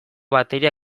bateria